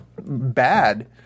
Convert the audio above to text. bad